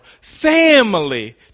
family